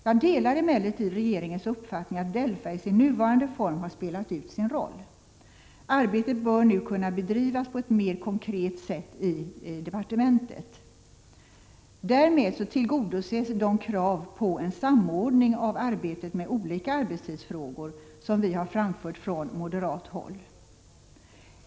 Jag delar emellertid regeringens uppfattning att DELFA i sin nuvarande form har spelat ut sin roll. Arbetet bör nu kunna bedrivas på ett mer konkret sätt i departementet. Därmed tillgodoses de krav på en samordning av arbetet med olika arbetstidsfrågor som vi har framfört från moderat håll.